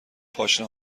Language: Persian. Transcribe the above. پاشنه